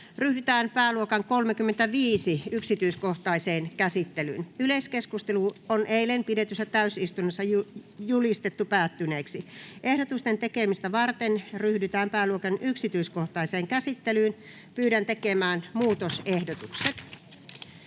Ryhdytään pääluokan 23 yksityiskohtaiseen käsittelyyn. Yleiskeskustelu on eilen pidetyssä täysistunnossa julistettu päättyneeksi. Ryhdytään pääluokan 35 yksityiskohtaiseen käsittelyyn. Yleiskeskustelu